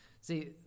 see